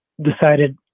decided